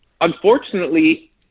Unfortunately